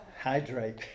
Hydrate